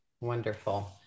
Wonderful